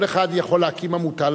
כל אחד יכול להקים עמותה,